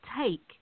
take